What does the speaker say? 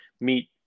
meet